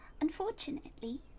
unfortunately